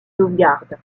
sauvegarde